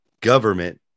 government